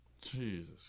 Jesus